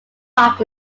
pop